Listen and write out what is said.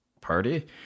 party